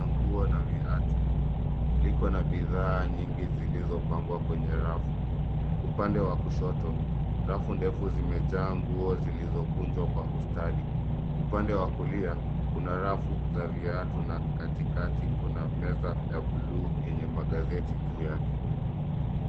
ya nguo na viatu. Liko na bidhaa nyingi zilizopangwa kwenye rafu. Upande wa kushoto, rafu ndefu zimejaa nguo zilizokunjwa kwa ustadi. Upande wa kulia, kuna rafu za viatu na katikati kuna meza ya buluu yenye magazeti juu yake.